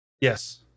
Yes